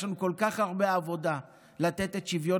יש לנו כל כך הרבה עבודה לתת את שוויון